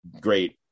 great